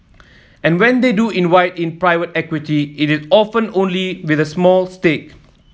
and when they do invite in private equity it is often only with a small stake